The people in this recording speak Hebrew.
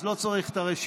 אז לא צריך את הרשימות,